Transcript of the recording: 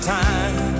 time